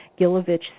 Gilovich